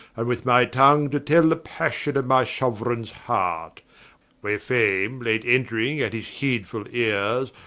and with my tongue to tell the passion of my soueraignes heart where fame, late entring at his heedfull eares,